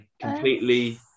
completely